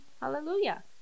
Hallelujah